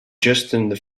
justin